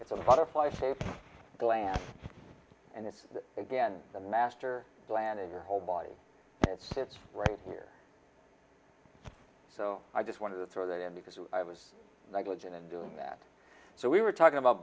is a butterfly save the land and it's again the master plan of your whole body it sits right here so i just wanted to throw that in because i was negligent in doing that so we were talking about